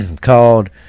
called